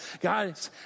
God